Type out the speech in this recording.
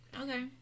Okay